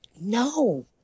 No